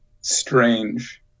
strange